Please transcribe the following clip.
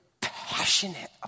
passionate